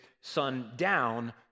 sundown